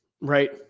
right